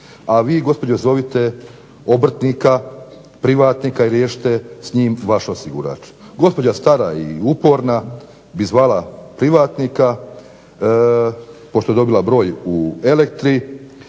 A vi gospođo zovite obrtnika, privatnika i riješite s njim vaš osigurač. Gospođa stara i uporna bi zvala privatnika pošto je dobila broj u Elektri,